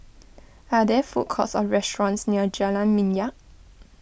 are there food courts or restaurants near Jalan Minyak